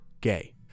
gay